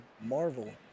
Marvel